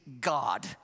God